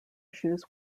issues